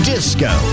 Disco